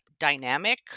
dynamic